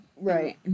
Right